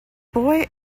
boy